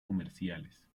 comerciales